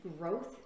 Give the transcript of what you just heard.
growth